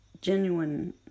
genuine